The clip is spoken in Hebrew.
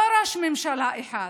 לא ראש ממשלה אחד